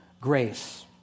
grace